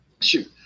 Shoot